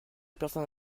personne